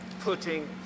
putting